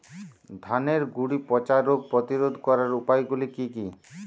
ধানের গুড়ি পচা রোগ প্রতিরোধ করার উপায়গুলি কি কি?